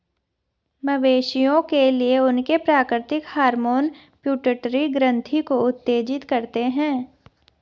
मवेशियों के लिए, उनके प्राकृतिक हार्मोन पिट्यूटरी ग्रंथि को उत्तेजित करते हैं